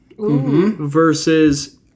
versus